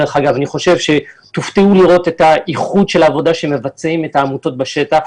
אני חושב שתופתעו לראות את איכות העבודה שמבצעות העמותות בשטח,